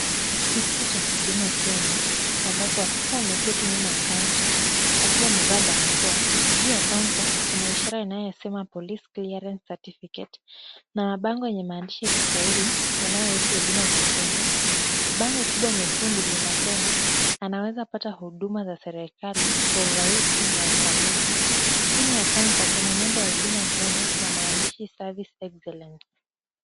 Kituo cha huduma Kenya ambapo afisa ameketi nyuma ya kaunta akiwa amevaa barakoa. Juu ya kaunta kuna ishara inayosema Police Clearance Certificate na bango yenye maandishi ya kiswahili yanayohusu huduma za Kenya. Bango kubwa nyekundu linasema, anawezapata huduma za serikali kwa urahisi na ufanisi. Chini ya kaunta kuna nembo ya huduma Kenya na maandishi Service Excellence .